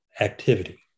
activity